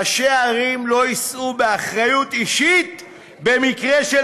ראשי ערים לא יישאו באחריות אישית במקרה של